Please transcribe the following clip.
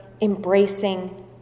embracing